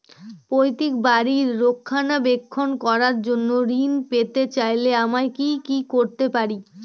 পৈত্রিক বাড়ির রক্ষণাবেক্ষণ করার জন্য ঋণ পেতে চাইলে আমায় কি কী করতে পারি?